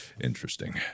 interesting